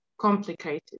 complicated